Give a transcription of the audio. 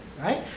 right